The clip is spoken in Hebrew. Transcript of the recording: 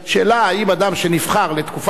האם אדם שנבחר לתקופה מסוימת,